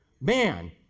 Man